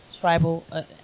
tribal